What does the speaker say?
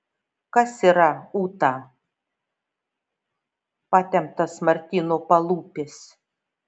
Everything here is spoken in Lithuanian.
kas yra ūta patemptas martyno palūpis